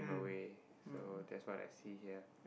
away so that's what I see here